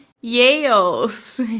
Yale's